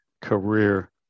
career